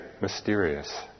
mysterious